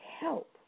help